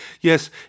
yes